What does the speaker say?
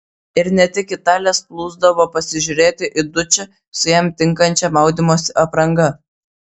ir ne tik italės plūsdavo pasižiūrėti į dučę su jam tinkančia maudymosi apranga